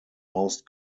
most